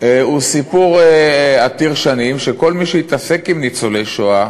שכל מי שהתעסק עם ניצולי שואה